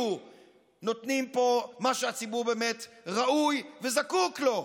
נותנים פה מה שהציבור באמת ראוי וזקוק לו.